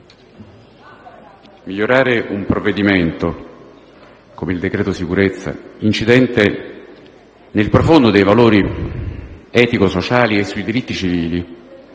migliorare un provvedimento come il decreto sicurezza, incidente nel profondo dei valori etico-sociali e sui diritti civili,